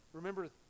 Remember